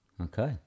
Okay